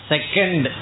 Second